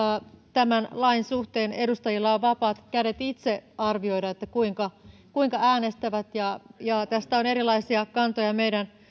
tämän lain suhteen edustajilla on vapaat kädet itse arvioida kuinka kuinka äänestävät ja ja tästä on erilaisia kantoja meidän